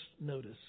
notice